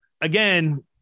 again